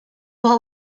all